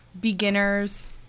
Beginners